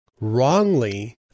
wrongly